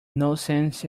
nonsense